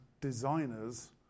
designers